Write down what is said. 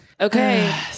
okay